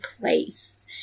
place